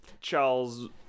Charles